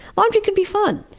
laundry can be fun!